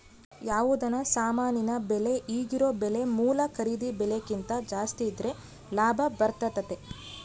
ಯಾವುದನ ಸಾಮಾನಿನ ಬೆಲೆ ಈಗಿರೊ ಬೆಲೆ ಮೂಲ ಖರೀದಿ ಬೆಲೆಕಿಂತ ಜಾಸ್ತಿದ್ರೆ ಲಾಭ ಬರ್ತತತೆ